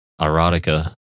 erotica